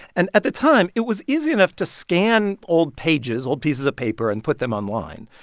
and at the time, it was easy enough to scan old pages, old pieces of paper and put them online.